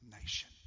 nation